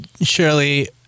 Shirley